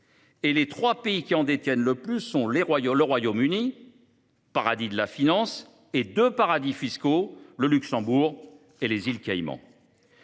et les trois pays qui en détiennent les plus grandes parts sont le Royaume Uni, paradis de la finance, et deux paradis fiscaux, le Luxembourg et les îles Caïmans.